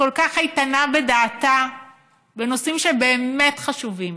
וכל כך איתנה בדעתה בנושאים שבאמת חשובים,